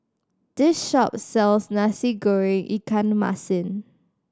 this shop sells Nasi Goreng ikan masin